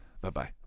Bye-bye